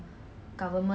bo pian ah